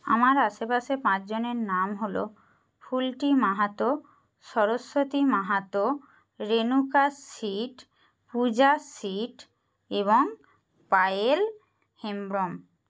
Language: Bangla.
আমার আশেপাশে পাঁচজনের নাম হল ফুলটি মাহাতো সরস্বতী মাহাতো রেণুকা সিট পূজা সিট এবং পায়েল হেমব্রম